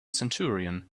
centurion